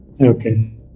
Okay